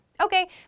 Okay